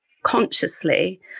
consciously